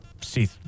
see